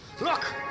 Look